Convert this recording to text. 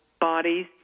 bodies